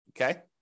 Okay